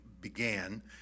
began